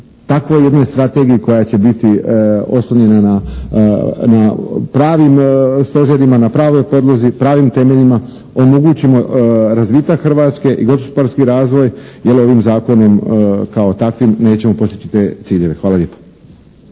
takvoj jednoj strategiji koja će biti oslonjena na pravim stožerima, na pravoj podlozi, pravim temeljima omogućimo razvitak Hrvatske i gospodarski razvitak jer ovim zakonom kao takvim nećemo postići te ciljeve. Hvala lijepa.